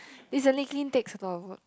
easily clean takes a lot of work